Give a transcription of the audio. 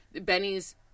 Benny's